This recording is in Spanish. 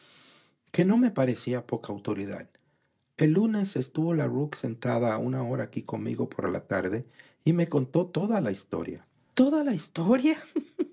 que no me parecía poca autoridad el lunes estuvo la rook sentada una hora aquí conmigo por la tarde y me contó toda la historia toda la historia